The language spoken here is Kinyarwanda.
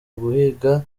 guhiga